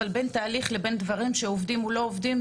אבל בין תהליך לבין דברים שעובדים או לא עובדים,